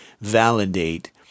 validate